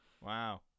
Wow